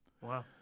Wow